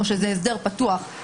או שזה הסדר פתוח,